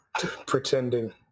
pretending